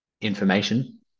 information